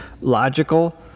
logical